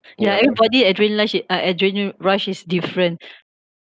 yeah everybody adrenaline rush uh adrenaline rush is different